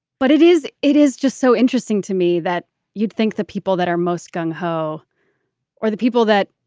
but it is it is just so interesting to me that you'd think that people that are most gung ho or the people that,